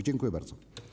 Dziękuję bardzo.